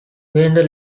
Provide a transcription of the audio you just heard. winder